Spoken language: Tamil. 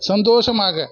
சந்தோஷமாக